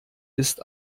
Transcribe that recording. ist